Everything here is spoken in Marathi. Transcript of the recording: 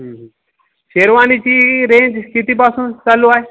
हं हं शेरवानीची रेंज कितीपासून चालू आहे